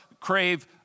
crave